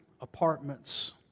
apartments